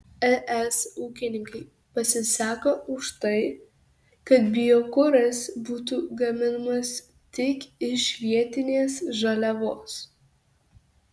es ūkininkai pasisako už tai kad biokuras būtų gaminamas tik iš vietinės žaliavos